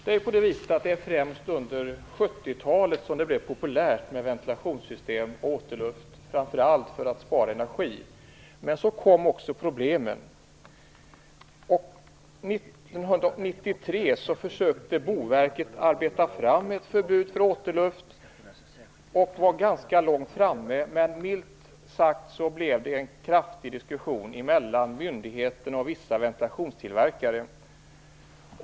Det var främst under 70-talet som det blev populärt med ventilationssystem och återluft, framför allt för att spara energi. Men så kom också problemen. 1993 försökte Boverket arbeta fram ett förbud för återluft. De var ganska långt framme, men det blev milt sagt en kraftig diskussion mellan myndigheten och vissa ventilationstillverkare.